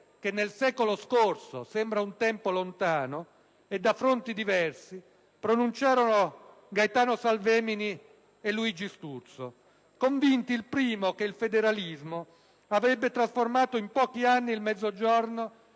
che nel secolo scorso - sembra un tempo lontano - e da fronti diversi, pronunciarono Gaetano Salvemini e Luigi Sturzo. Convinti il primo che il federalismo avrebbe trasformato in pochi anni il Mezzogiorno